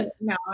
No